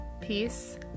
Peace